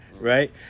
right